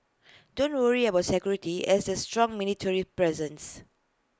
don't worry about security as there's strong military presence